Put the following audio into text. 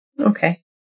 Okay